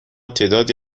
تعدادی